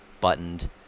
buttoned